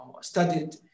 studied